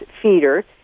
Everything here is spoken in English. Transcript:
feeder